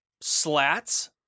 slats